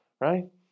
right